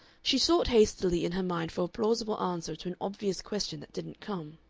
she sought hastily in her mind for a plausible answer to an obvious question that didn't come.